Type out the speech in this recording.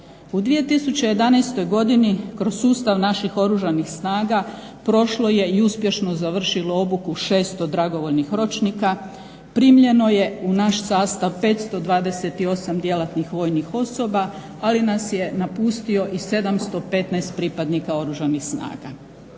U 2011. godini kroz sustav naših Oružanih snaga prošlo je i uspješno završilo obuku 600 dragovoljnih ročnika, primljeno je u naš sastav 528 djelatnih vojnih osoba, ali nas je napustilo i 715 pripadnika Oružanih snaga.